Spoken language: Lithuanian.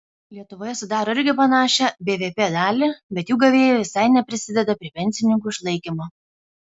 lietuvoje sudaro irgi panašią bvp dalį bet jų gavėjai visai neprisideda prie pensininkų išlaikymo